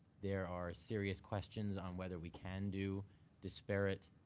there are serous questions on whether we can do disparate